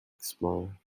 explorer